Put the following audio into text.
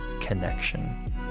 connection